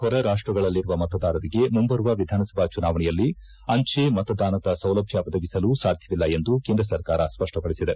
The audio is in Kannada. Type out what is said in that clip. ಹೊರರಾಷ್ಟಗಳಲ್ಲಿರುವ ಮತದಾರರಿಗೆ ಮುಂಬರುವ ವಿಧಾನಸಭಾ ಚುನಾವಣೆಯಲ್ಲಿ ಅಂಚೆ ಮತದಾನದ ಸೌಲಭ್ಯ ಒದಗಿಸಲು ಸಾಧ್ಯವಿಲ್ಲ ಎಂದು ಕೇಂದ್ರ ಸರ್ಕಾರ ಸ್ಪಷ್ಟಪಡಿಸಿದೆ